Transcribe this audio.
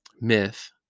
Myth